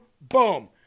boom